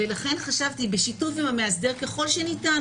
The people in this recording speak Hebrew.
לכן חשבתי בשיתוף עם המאסדר, ככל שניתן.